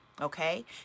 okay